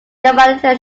giovanni